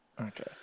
Okay